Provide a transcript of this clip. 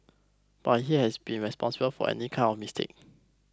but he has been responsible for any kind of mistake